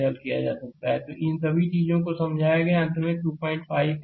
slide समय देखें 2545 तो इन सभी चीजों को समझाया गया है अंत में 25 एम्पीयर